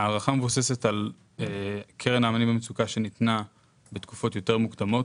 ההערכה מבוססת על קרן האמנים במצוקה שניתנה בתקופות יותר מוקדמות,